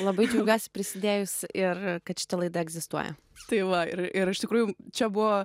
labai džiaugiuosi prisidėjus ir kad šita laida egzistuoja tai va ir ir iš tikrųjų čia buvo